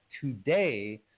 today